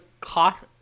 Cost